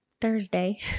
Thursday